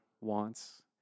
wants